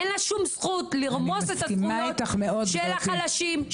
אין לה שום זכות לרמוס את הזכויות של החלשים,